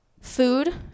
Food